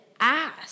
ask